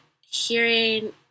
hearing